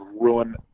ruin